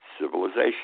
civilization